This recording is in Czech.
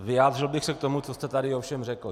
Vyjádřil bych se k tomu, co jste tady ovšem řekl.